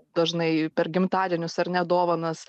dažnai per gimtadienius ar ne dovanas